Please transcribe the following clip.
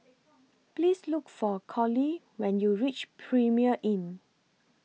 Please Look For Colie when YOU REACH Premier Inn